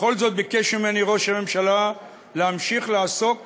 בכל זאת ביקש ממני ראש הממשלה להמשיך לעסוק